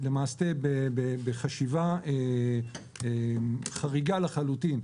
בחשיבה חריגה לחלוטין,